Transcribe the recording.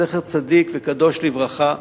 זכר צדיק וקדוש לברכה,